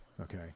Okay